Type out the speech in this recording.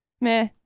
meh